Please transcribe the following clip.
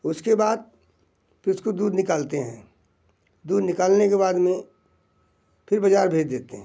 उसके बाद फिर उसको दूध निकालते हैं दूध निकालने के बाद में फिर बज़र भेज देते हैं